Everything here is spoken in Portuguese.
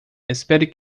espere